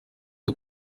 aba